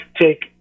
take